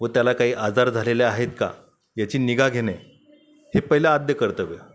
व त्याला काही आजार झालेले आहेत का याची निगा घेणे हे पहिले आद्यकर्तव्य